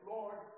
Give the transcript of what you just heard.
Lord